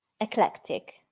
Eclectic